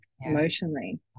emotionally